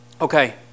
Okay